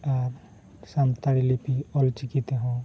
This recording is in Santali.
ᱟᱨ ᱥᱟᱱᱛᱟᱲᱤ ᱞᱤᱯᱤ ᱚᱞᱪᱤᱠᱤ ᱛᱮᱦᱚᱸ